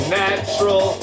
natural